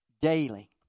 daily